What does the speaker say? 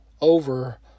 over